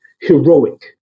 heroic